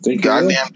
Goddamn